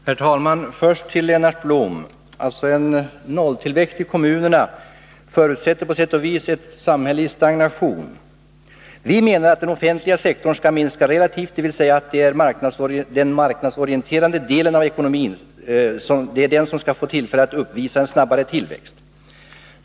Herr talman! Först vill jag säga till Lennart Blom att en nolltillväxt i kommunerna på sätt och vis förutsätter ett samhälle i stagnation. Vi menar att den offentliga sektorn skall minska relativt, dvs. att den marknadsorienterade delen av ekonomin skall få tillfälle att uppvisa en snabbare tillväxt.